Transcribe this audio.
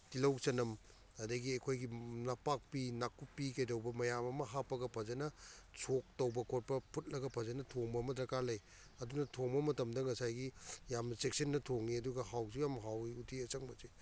ꯇꯤꯜꯍꯧ ꯆꯅꯝ ꯑꯗꯒꯤ ꯑꯩꯈꯣꯏꯒꯤ ꯅꯄꯥꯛꯄꯤ ꯅꯥꯀꯨꯞꯄꯤ ꯀꯩꯗꯧꯕ ꯃꯌꯥꯝ ꯑꯃ ꯍꯥꯞꯄꯒ ꯐꯖꯅ ꯁꯣꯛ ꯇꯧꯕ ꯈꯣꯠꯄ ꯐꯨꯠꯂꯒ ꯐꯖꯅ ꯊꯣꯡꯕ ꯑꯃ ꯗꯔꯀꯥꯔ ꯂꯩ ꯑꯗꯨꯅ ꯊꯣꯡꯕ ꯃꯇꯝꯗ ꯉꯁꯥꯏꯒꯤ ꯌꯥꯝꯅ ꯆꯦꯛꯁꯤꯟꯅ ꯊꯣꯡꯉꯤ ꯑꯗꯨꯒ ꯍꯥꯎꯁꯨ ꯌꯥꯝ ꯍꯥꯎꯋꯤ ꯎꯇꯤ ꯑꯁꯪꯕꯁꯦ